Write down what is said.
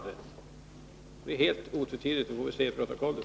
Det är helt otvetydigt — det går att läsa i protokollet.